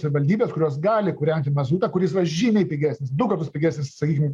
savivaldybės kurios gali kūrenti mazutą kuris yra žymiai pigesnis du kartus pigesnis sakykim